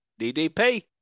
DDP